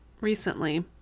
recently